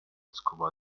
scuba